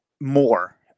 more